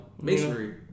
masonry